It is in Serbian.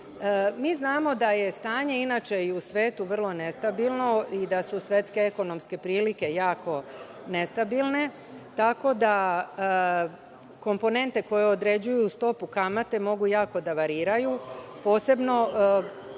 znamo da je stanje, inače, i u svetu vrlo nestabilno i da su svetske ekonomske prilike jako nestabilne, tako da komponente koje određuju stopu kamate mogu jako da variraju, posebno